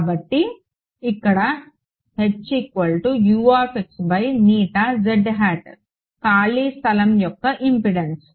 కాబట్టి ఇక్కడ ఖాళీ స్థలం యొక్క ఇంపెడెన్స్